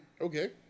Okay